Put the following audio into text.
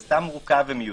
זה סתם מורכב ומיותר.